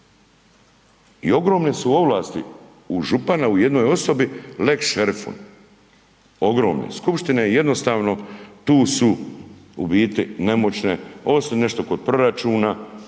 I ogromne su ovlasti u župana u jednoj osobi lex šerif, ogromne. Skupštine jednostavno tu su u biti nemoćne, osim nešto kod proračuna